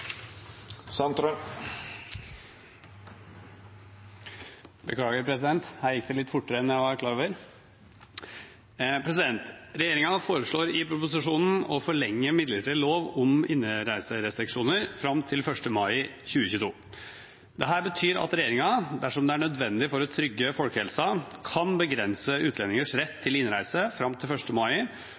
Beklager, president! Her gikk det litt fortere enn jeg var klar over. Regjeringen foreslår i proposisjonen å forlenge midlertidig lov om innreiserestriksjoner fram til 1. mai 2022. Dette betyr at regjeringen, dersom det er nødvendig for å trygge folkehelsen, kan begrense utlendingers rett til innreise fram til 1. mai